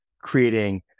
creating